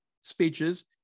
speeches